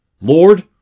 Lord